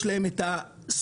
יש להם את הסולר